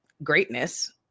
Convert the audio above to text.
greatness